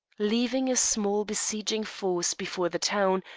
leaving a small besieging force before the town,